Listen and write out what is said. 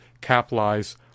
capitalize